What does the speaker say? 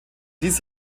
dies